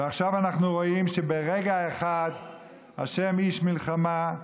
ועכשיו אנחנו רואים שברגע אחד "ה' איש מלחמה",